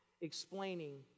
explaining